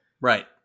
Right